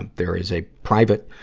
and there is a private,